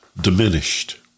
diminished